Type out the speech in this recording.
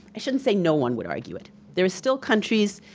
i shouldn't say no one would argue it. there are still countries,